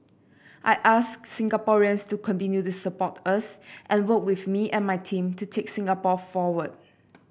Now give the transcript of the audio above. I ask Singaporeans to continue to support us and work with me and my team to take Singapore forward